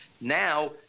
Now